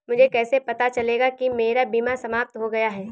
मुझे कैसे पता चलेगा कि मेरा बीमा समाप्त हो गया है?